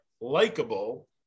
likable